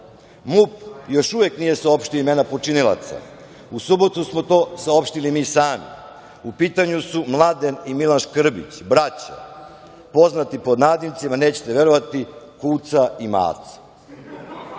još uvek nije saopštilo imena počinilaca, u subotu smo to saopštili mi sami. U pitanju su Mladen i Milan Škrbić, braća, poznati pod nadimcima, nećete verovati, „kuca“ i „maca“.